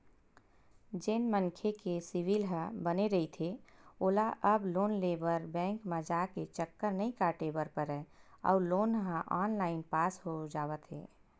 जेन मनखे के सिविल ह बने रहिथे ओला अब लोन लेबर बेंक म जाके चक्कर नइ काटे बर परय अउ लोन ह ऑनलाईन पास हो जावत हे